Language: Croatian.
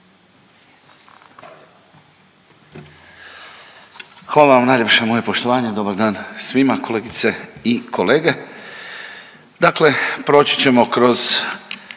Hvala vam najljepša, moje poštovanje. Dobar dan svima kolegice i kolege. Dakle proći ćemo kroz